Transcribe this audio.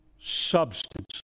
substance